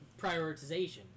prioritization